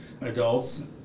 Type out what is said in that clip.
adults